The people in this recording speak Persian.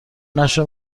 نشر